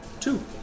Two